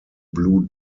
blue